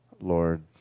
Lord